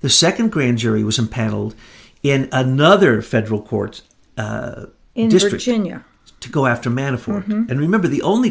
the second grand jury was impaneled in another federal courts into searching or to go after man of four and remember the only